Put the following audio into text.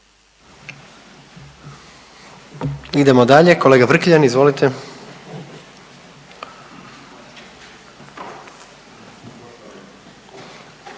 Idemo dalje. Kolega Raukar, izvolite.